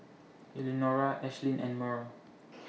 Elenora Ashlynn and Murl